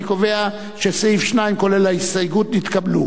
אני קובע שסעיף 2, כולל ההסתייגות, נתקבל.